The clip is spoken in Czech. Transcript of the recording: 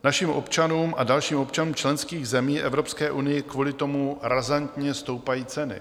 Našim občanům a dalším občanům členských zemí v Evropské unii kvůli tomu razantně stoupají ceny.